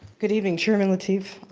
good evening chairman lateef,